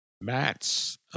Matt's –